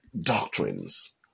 doctrines